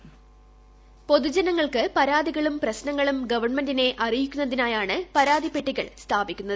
voice പൊതുജനങ്ങൾക്ക് പരാതികളും പ്രശ്നങ്ങളും ഗവൺമെന്റിനെ അറിയിക്കുന്നതിനായാണ് പരാതിപ്പെട്ടികൾ സ്ഥാപിക്കുന്നത്